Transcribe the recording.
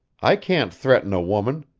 i can't threaten a woman,